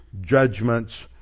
judgments